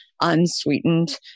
unsweetened